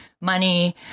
money